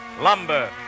Lumber